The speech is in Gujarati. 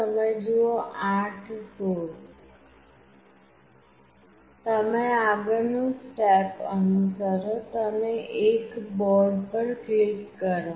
તમે આગળનું સ્ટેપ અનુસરો તમે એડ બોર્ડ પર ક્લિક કરો